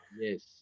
Yes